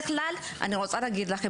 אני רוצה להגיד לכם